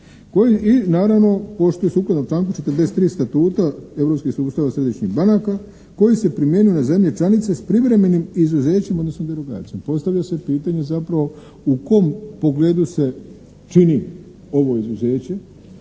i naravno pošto je sukladno članku 43. Statuta europskih sustava središnjih banaka koji se primjenjuju na zemlje članice s privremenim izuzećem, odnosno derogacijom. Postavlja se pitanje zapravo u kom pogledu se čini ovo izuzeće